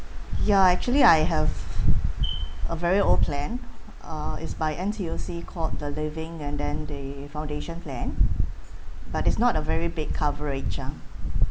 ya actually I have a very old plan uh it's by N_T_U_C called the living and then the foundation plan but it's not a very big coverage lah